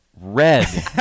red